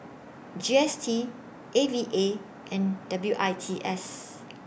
G S T A V A and W I T S